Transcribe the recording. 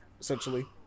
essentially